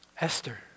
Esther